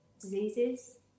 diseases